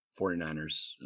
49ers